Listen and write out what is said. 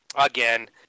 Again